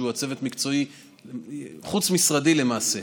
שהוא חוץ-משרדי למעשה.